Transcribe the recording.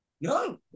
no